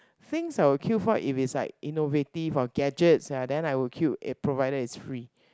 things I will queue for if it's like innovative or gadgets ya then I will queue it provided it's free